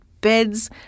Beds